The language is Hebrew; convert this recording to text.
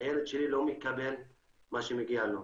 הילד שלי לא מקבל את מה שמגיע לו.